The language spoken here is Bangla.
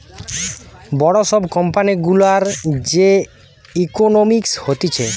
বড় সব কোম্পানি গুলার যে ইকোনোমিক্স হতিছে